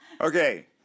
Okay